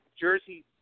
Jersey